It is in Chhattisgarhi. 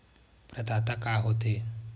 प्रदाता का हो थे?